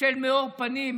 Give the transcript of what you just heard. של מאור פנים.